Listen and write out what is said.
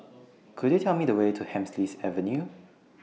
Could YOU Tell Me The Way to Hemsley Avenue